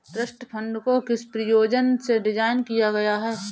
Trust fund को किस प्रयोजन से डिज़ाइन किया गया है?